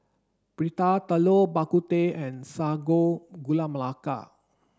Prata Telur Bak Kut Teh and Sago Gula Melaka